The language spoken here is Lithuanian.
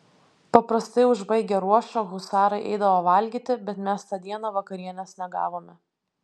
paprastai užbaigę ruošą husarai eidavo valgyti bet mes tą dieną vakarienės negavome